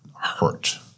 hurt